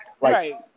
Right